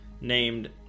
named